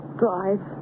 drive